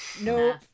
No